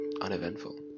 uneventful